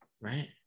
Right